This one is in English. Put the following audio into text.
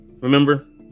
remember